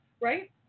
Right